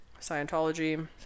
Scientology